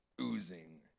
oozing